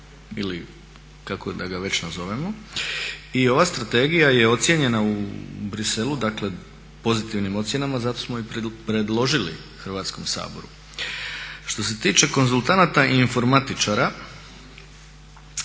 ili kako da ga već nazovemo. I ova strategija je ocjenjena u Bruxellesu pozitivnim ocjenama zato smo je i predložili Hrvatskom saboru. Što se tiče konzultanata i informatičara,